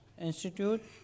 institute